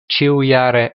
ĉiujare